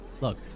Look